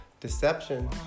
Deception